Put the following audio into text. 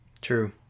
True